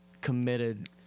committed